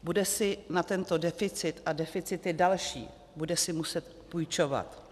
Bude si na tento deficit a deficity další muset půjčovat.